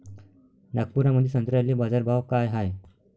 नागपुरामंदी संत्र्याले बाजारभाव काय हाय?